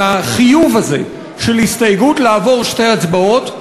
לחיוב הזה של הסתייגות לעבור שתי הצבעות.